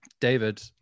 David